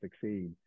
succeed